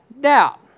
Doubt